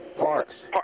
Park's